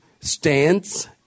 stance